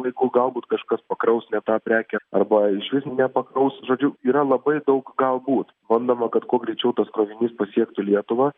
laiku galbūt kažkas pakraus ne tą prekę arba išvis nepakraus žodžiu yra labai daug galbūt bandoma kad kuo greičiau tas krovinys pasiektų lietuvą